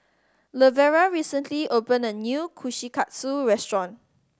Lavera recently opened a new Kushikatsu restaurant